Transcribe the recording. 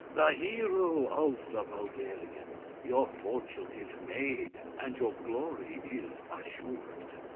the hero of the bulgarians. your fortune is made, and your glory is assured.